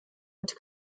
mit